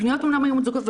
הפניות אמנם היו מוצדקות,